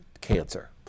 cancer